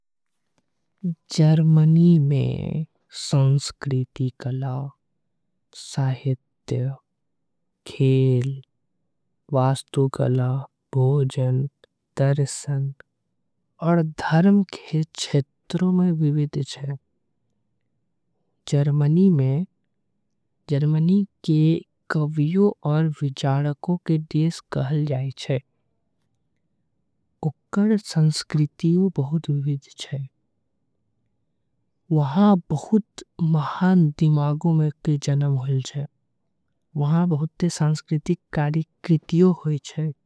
जर्मनी में संस्कृति कला, साहित्य, खेल, वास्तुकला भोजन। दर्शन आऊ धर्म के क्षेत्र ने बहुत विविध छे जर्मनी में जर्मनी के। कवियों के कविता आऊ विचार से देश कहल जाए छे ओंकर। संस्कृति बहुत विविध हे वहां बहुत दिमाग वाले मन के जनम। होय होईल छे वहां बहुत ही संस्कृतिकला होवे छीये।